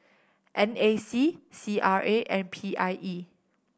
N A C C R A and P I E